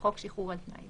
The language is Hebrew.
לחוק שחרור על-תנאי,